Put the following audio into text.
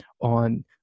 on